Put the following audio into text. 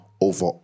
over